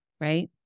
Right